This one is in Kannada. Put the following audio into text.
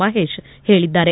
ಮಹೇಶ್ ಹೇಳಿದ್ದಾರೆ